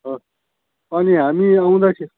अनि हामी आउँदाखे